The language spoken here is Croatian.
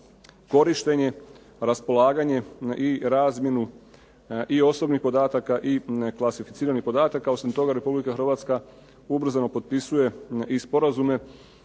korištenje, raspolaganje i razmjenu i osobnih podataka i klasificiranih podataka. Osim toga Republika Hrvatska ubrzano potpisuje i sporazume